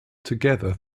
together